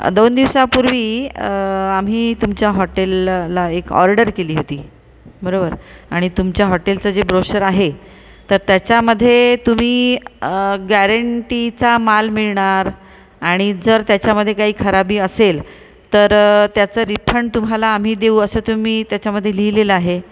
दोन दिवसांपूर्वी आम्ही तुमच्या हॉटेलला एक ऑर्डर केली होती बरोबर आणि तुमच्या हॉटेलचं जे ब्रोशर आहे तर त्याच्यामध्ये तुम्ही गॅरंटीचा माल मिळणार आणि जर त्याच्यामध्ये जर काही खराबी असेल तर त्याचं रिफंड तुम्हाला आम्ही देऊ असं तुम्ही त्याच्यामधे लिहिलेलं आहे